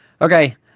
Okay